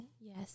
yes